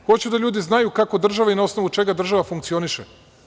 Hoću da ljudi znaju kako država i na osnovu čega država funkcioniše.